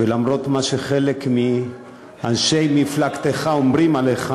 ולמרות מה שחלק מאנשי מפלגתך אומרים עליך,